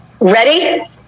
ready